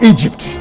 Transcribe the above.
Egypt